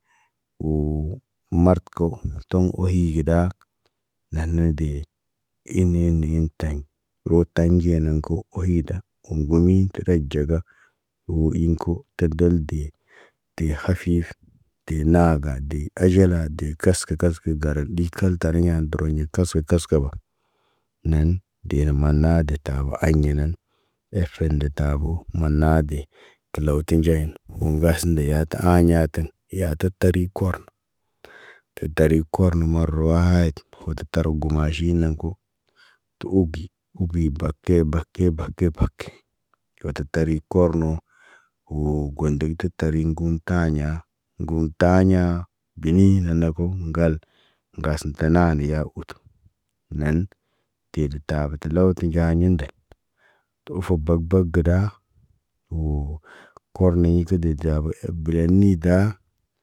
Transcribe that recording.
Woo, marko, toŋg ohi gida, naan dee, in ni in teɲ. Roo taɲ ge naŋg ko, ohida, wo ŋgomiɲ, tə ɟaga. Wo iŋg ko, taɗ gal de. Te hafif, te naga, de aɟala, de kaskə kaskə garan ɗi kalta tariɲa dəroɲi kaskə kaskaba. Neen de na manaa de tabo aɲ ŋginan. Efen de tabo, manna de. Kəlaw tə nɟen, woo ŋgas ndeya tə aya tən, eya tə tari kor. Tə tari kor nə marawaayit, foto tar gumaji naŋg ko. Tu ubi, ubi bat te bak kebake bake, wo tə tariɲ korno. Woo got dəgədə tariɲ gum taɲa, gum taɲa, geni na nab kə ŋgal. Ŋgasən tanane ya utu, naan, teda tabu tə law nɟaɲi ndel. Pərofo bag bag gida, woo, korni kə de dabo ef bəle niida.